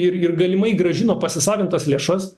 ir ir galimai grąžino pasisavintas lėšas